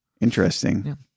interesting